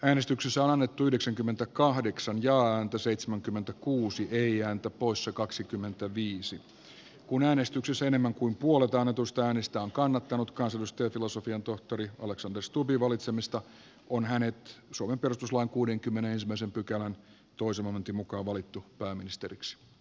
äänestyksessä annettu yhdeksänkymmentäkahdeksan ja antoi seitsemänkymmentäkuusi teijan top poissa kaksikymmentäviisi kun äänestyksessä enemmän kuin puolet annetuista äänistä on kannattanut kansanystä tulossa pian tohtori alexander stubbin valitsemista on hänen suomen perustuslain eduskunta päättänee saattaa valinnan tuloksen tasavallan presidentin tietoon